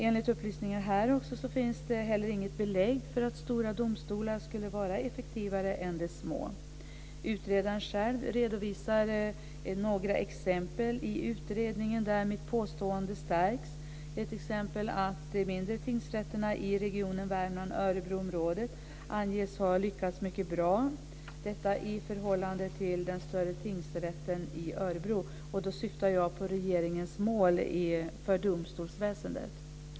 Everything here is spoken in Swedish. Enligt upplysningar här finns det inte heller något belägg för att stora domstolar skulle vara effektivare än små. Utredaren själv redovisar några exempel i utredningen där mitt påstående stärks. Ett exempel är att de mindre tingsrätterna i Värmland-Örebro-området anges ha lyckats mycket bra i förhållande till den större tingsrätten i Örebro - då syftar jag på regeringens mål för domstolsväsendet.